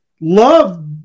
love